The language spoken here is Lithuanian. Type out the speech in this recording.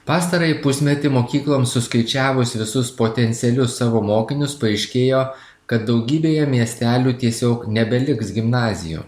pastarąjį pusmetį mokykloms suskaičiavus visus potencialius savo mokinius paaiškėjo kad daugybėje miestelių tiesiog nebeliks gimnazijų